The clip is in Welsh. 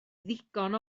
ddigon